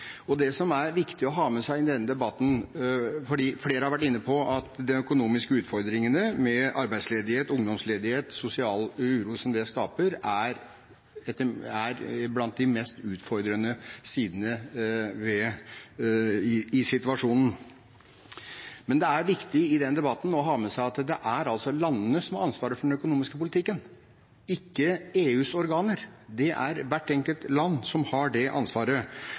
Det som er viktig å ha med seg i denne debatten, og som flere har vært inne på, er at de økonomiske utfordringene med arbeidsledighet, ungdomsledighet og sosial uro som dette skaper, er blant de mest utfordrende sidene i situasjonen. Det er i denne debatten viktig å ha med seg at det er landene selv som har ansvaret for den økonomiske politikken, ikke EUs organer. Det er hvert enkelt land som har det ansvaret.